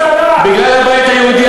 בגלל הבית היהודי,